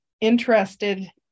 interested